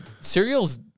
cereal's